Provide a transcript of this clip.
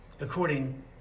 according